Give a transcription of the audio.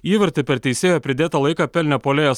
įvartį per teisėjo pridėtą laiką pelnė puolėjas